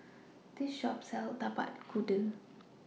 This Shop sells Tapak Kuda